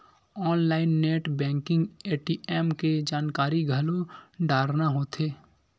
online net banking ATM के जानकारी घलो डारना होथे